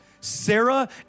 Sarah